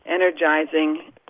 energizing